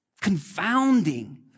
confounding